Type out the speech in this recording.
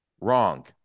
Wrong